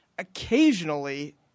Occasionally